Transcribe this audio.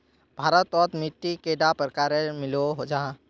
भारत तोत मिट्टी कैडा प्रकारेर मिलोहो जाहा?